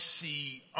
see